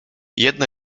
jedno